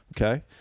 okay